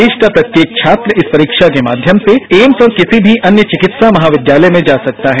देश का प्रत्येक छात्र इस परीक्षा के माध्यम से एम्स और किसी भी अन्य चिकित्सा महाविद्यालय में जा सकता है